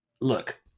Look